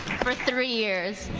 for three years,